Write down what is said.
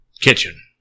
Kitchen